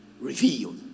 revealed